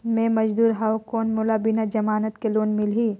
मे मजदूर हवं कौन मोला बिना जमानत के लोन मिलही?